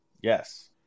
Yes